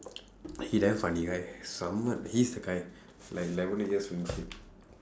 he damn funny guy somewhat he's the guy like like everybody just know him